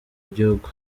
gihugu